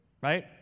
right